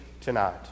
tonight